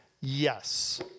yes